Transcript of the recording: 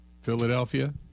Philadelphia